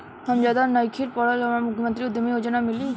हम ज्यादा नइखिल पढ़ल हमरा मुख्यमंत्री उद्यमी योजना मिली?